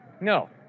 No